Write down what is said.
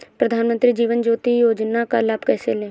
प्रधानमंत्री जीवन ज्योति योजना का लाभ कैसे लें?